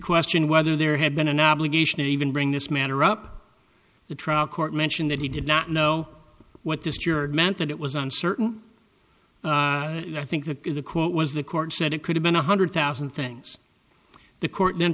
questioned whether there had been an obligation to even bring this matter up the trial court mention that he did not know what this cured meant that it was uncertain and i think that the quote was the court said it could have been a hundred thousand things the court